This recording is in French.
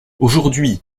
aujourd’hui